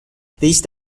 these